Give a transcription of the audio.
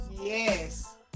Yes